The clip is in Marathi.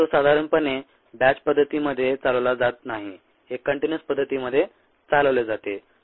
उलट तो साधारणपणे बॅच पद्धतीमध्ये चालवला जात नाही हे कंटीन्यूअस पद्धतीमध्ये चालवले जाते